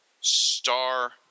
star